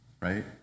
right